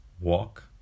walk